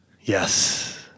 Yes